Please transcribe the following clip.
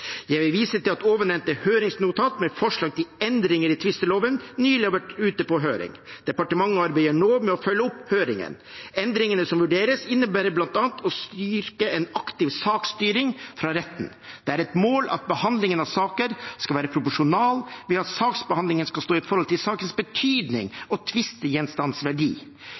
Jeg vil vise til at ovennevnte høringsnotat med forslag til endringer i tvisteloven nylig har vært ute på høring. Departementet arbeider nå med å følge opp høringen. Endringene som vurderes, innebærer bl.a. en aktiv saksstyring fra retten. Det er et mål at behandlingen av saker skal være proporsjonal, ved at saksbehandlingen skal stå i forhold til sakens betydning og